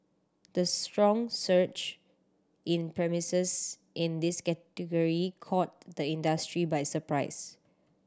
the strong surge in premises in this category caught the industry by surprise